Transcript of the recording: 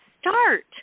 start